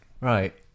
Right